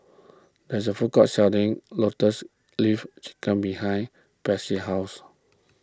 there is a food court selling Lotus Leaf Chicken behind Patsy's house